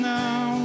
now